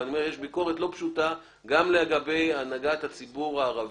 אבל אני אומר שיש ביקורת לא פשוטה גם לגבי הנהגת הציבור הערבי.